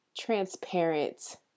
transparent